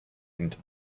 into